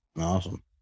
awesome